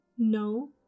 no